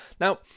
now